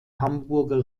hamburger